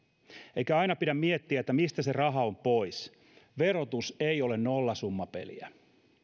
eikä aina pidä miettiä mistä se raha on pois verotus ei ole nollasummapeliä